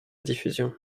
diffusion